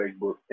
Facebook